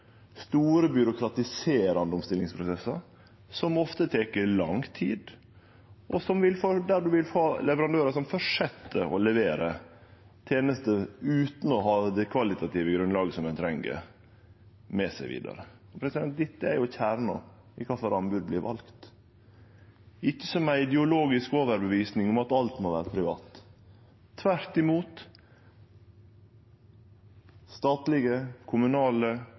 store byråkratiserande omstillingsprosessar, som ofte tek lang tid, og der ein vil få leverandørar som fortset å levere tenester utan det kvalitative grunnlaget som ein treng, med seg vidare. Dette er kjernen i kvifor anbod vert vald – ikkje som ei ideologisk overtyding om at alt må vere privat. Tvert imot – statlege, kommunale,